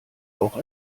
auch